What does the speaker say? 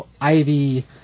Ivy